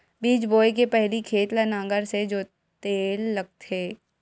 बीज बोय के पहिली खेत ल नांगर से जोतेल लगथे?